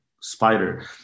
spider